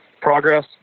progress